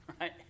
right